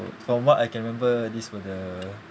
from what I can remember this were the